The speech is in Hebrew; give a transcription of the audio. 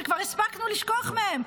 שכבר הספקנו לשכוח מהם.